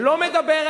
אז למה לא היום?